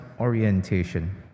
orientation